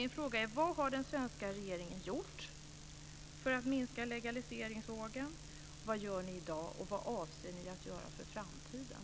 Min fråga är alltså: Vad har den svenska regeringen gjort för att minska legaliseringsvågen, vad gör ni i dag och vad avser ni att göra för framtiden?